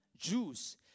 Jews